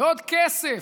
ועוד כסף?